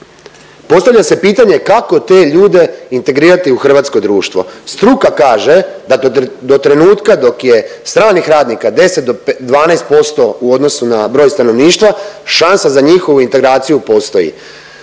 Postavlja se pitanje kako te ljude integrirati u hrvatsko društvo? Struka kaže da do trenutka dok je stranih radnika 10 do 12% u odnosu na broj stanovništva, šansa za njihovu integraciju postoji.